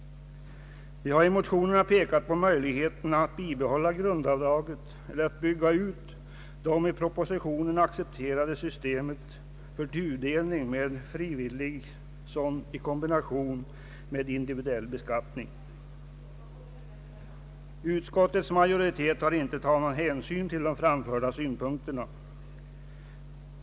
Vi har i motionerna pekat på möjligheterna att bibehålla grundavdraget eller att bygga ut det i propositionen accepterade systemet för tudelning med en frivillig sådan i kombination med individuell peskattning. Utskottets majoritet har inte tagit någon hänsyn till de framförda synpunkterna.